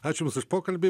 ačiū jums už pokalbį